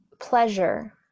pleasure